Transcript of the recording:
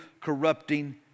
corrupting